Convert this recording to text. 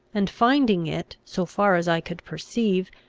and finding it, so far as i could perceive,